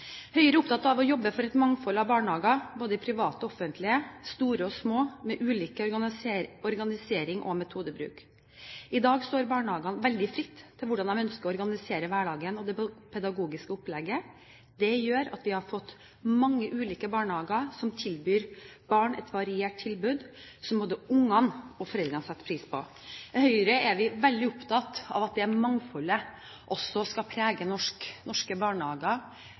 Høyre er opptatt av å jobbe for et mangfold av barnehager, både private og offentlige, store og små, med ulik organisering og metodebruk. I dag står barnehagene veldig fritt til å velge hvordan de vil organisere hverdagen og det pedagogiske opplegget. Det gjør at vi har fått mange ulike barnehager, som tilbyr barn et variert tilbud, som både ungene og foreldrene setter pris på. I Høyre er vi veldig opptatt av at det mangfoldet også skal prege norske barnehager